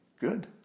Good